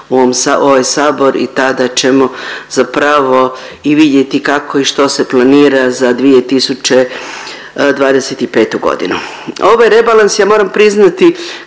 u ovaj Sabor i tada ćemo zapravo i vidjeti kako i što se planira za 2025. godinu. Ovaj rebalans ja moram priznati